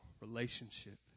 relationship